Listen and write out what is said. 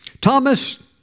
Thomas